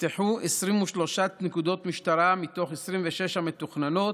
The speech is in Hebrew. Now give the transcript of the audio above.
נפתחו 23 נקודות משטרה מתוך 26 המתוכננות,